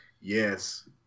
Yes